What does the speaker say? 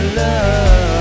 love